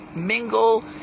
mingle